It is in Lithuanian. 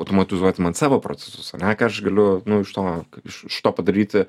automatizuoti man savo procesus ane ką aš galiu nu iš to iš iš to padaryti